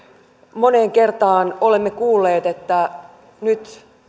moneen kertaan olemme kuulleet että nyt